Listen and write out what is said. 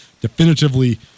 definitively